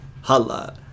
holla